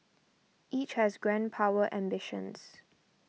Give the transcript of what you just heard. each has grand power ambitions